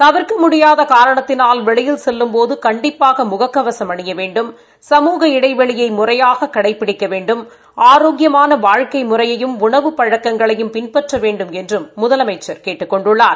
தவிர்க்க முடியாத காரணத்தினால் வெளியில் செல்லும்போது கண்டிப்பாக முக கவசும் அணிய வேண்டும் சமூக இடைவெளியை முறையாக கடைபிடிக்க வேண்டும் ஆரோக்கியமான வாழ்க்கை முறையையும் உணவு பழக்கங்களையும் பின்பற்ற வேண்டும் என்றும் முதலமைச்சர் கேட்டுக் கொண்டுள்ளார்